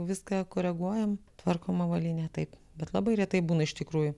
viską koreguojam tvarkom avalynę taip bet labai retai būna iš tikrųjų